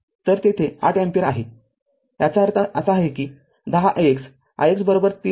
तर तेथे ८ अँपिअर आहे याचा अर्थ असा आहे की१० ix ix ३